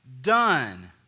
done